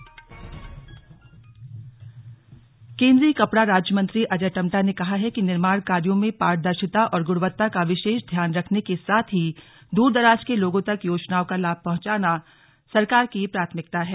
slug Ajay Tamta बैठक केंद्रीय कपड़ा राज्य मंत्री अजय टम्टा ने कहा है कि निर्माण कार्यो में पारदर्शिता और गुणवत्ता का विशेष ध्यान रखने के साथ ही द्रदराज के लोगों तक योजनाओं का लाभ पहुंचान सरकार की प्राथमिकता है